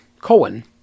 Cohen